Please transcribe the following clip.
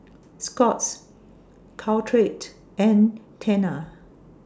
Scott's Caltrate and Tena